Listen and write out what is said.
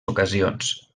ocasions